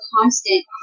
constant